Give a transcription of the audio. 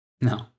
no